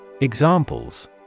Examples